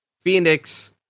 Phoenix